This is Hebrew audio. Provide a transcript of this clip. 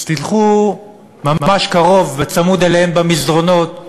אז תלכו ממש קרוב, צמוד אליהם, במסדרונות,